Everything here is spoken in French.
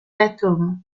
atomes